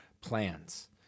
plans